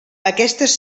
aquestes